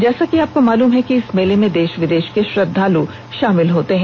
जैसा कि आपको मालूम है कि इस मेले में देष विदेष के श्रद्वाल् शामिल होते हैं